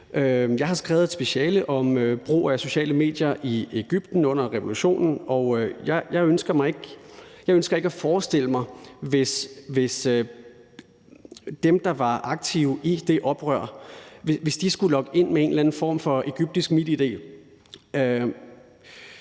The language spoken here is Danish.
Jeg har skrevet et speciale om brug af sociale medier i Egypten under revolutionen, og jeg ønsker ikke at forestille mig, at dem, der var aktive i det oprør, skulle logge ind med en eller anden form for egyptisk MitID.